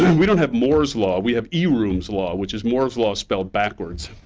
we don't have moore's law, we have eroom's law, which is moore's law spelled backwards.